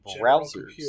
browsers